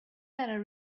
better